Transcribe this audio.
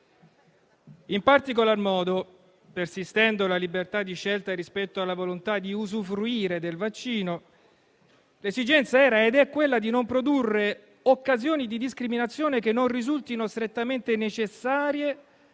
In particolar modo, persistendo la libertà di scelta rispetto alla volontà di usufruire del vaccino, l'esigenza era ed è quella di non produrre occasioni di discriminazione che non risultino strettamente necessarie